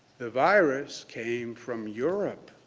the virus came from europe.